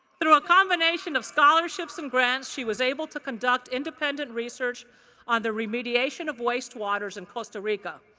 through a combination of scholarships and grants she was able to conduct independent research on the remediation of waste waters in costa rica.